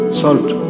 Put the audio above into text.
salt